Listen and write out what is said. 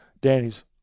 Danny's